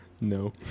No